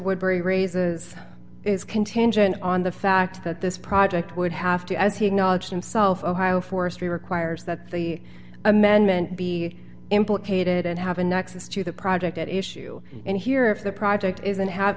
woodberry raises is contingent on the fact that this project would have to as he acknowledged himself ohio forestry requires that the amendment be implicated and have a nexus to the project at issue and here if the project isn't have